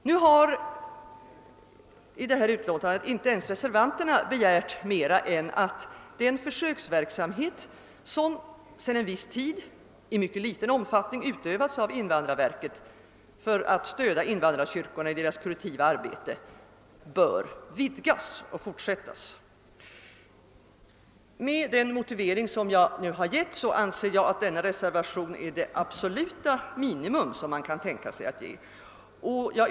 Inte ens reservanterna i utskottet har begärt mer, än att den försöksverksamhet som sedan en viss tid i mycket liten omfattning utövats av invandrarverket för att stödja invandrarkyrkor i deras kurativa arbete, bör fortsättas och vidgas. På grundval av den moti vering jag nu framfört, anser jag att vad som yrkas i reservationen 3 innebär det absoluta minimum man kan tänka sig att ge invandrarna. Herr talman!